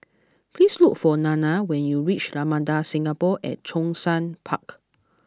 please look for Nana when you reach Ramada Singapore at Zhongshan Park